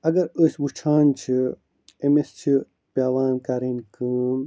اگر أسۍ وُچھان چھِ أمِس چھِ پیٚوان کَرٕنۍ کٲم